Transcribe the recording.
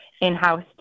in-house